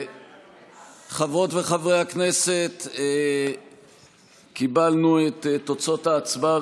חברות וחברי הכנסת, קיבלנו את תוצאות ההצבעה.